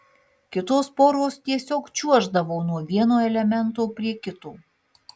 kitos poros tiesiog čiuoždavo nuo vieno elemento prie kito